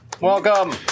welcome